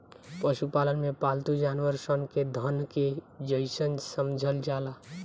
पशुपालन में पालतू जानवर सन के धन के जइसन समझल जाला